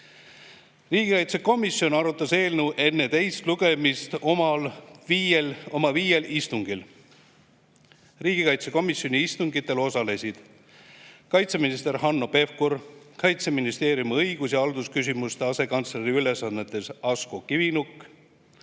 Riigikaitsekomisjon arutas eelnõu enne teist lugemist oma viiel istungil. Riigikaitsekomisjoni istungitel osalesid kaitseminister Hanno Pevkur, Kaitseministeeriumi õigus- ja haldusküsimuste asekantsleri ülesannetes Asko Kivinuk,